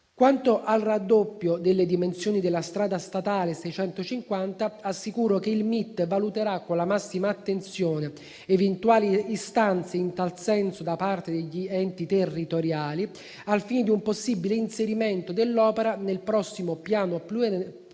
Quanto al raddoppio delle dimensioni della strada statale 650, assicuro che il MIT valuterà con la massima attenzione eventuali istanze in tal senso da parte degli enti territoriali, al fine di un possibile inserimento dell'opera nel prossimo piano pluriennale